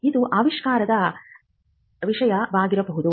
ಇದು ಆವಿಷ್ಕಾರದ ವಿಷಯವಾಗಿರಬಹುದು